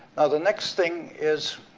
the next thing is